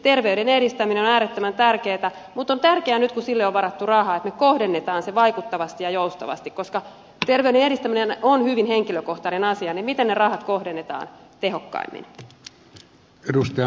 terveyden edistäminen on äärettömän tärkeätä mutta on tärkeää nyt kun sille on varattu rahaa että me kohdennamme sen vaikuttavasti ja joustavasti koska terveyden edistäminen on hyvin henkilökohtainen asia eli miten ne rahat kohdennetaan tehokkaimmin